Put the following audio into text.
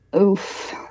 oof